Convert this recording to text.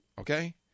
Okay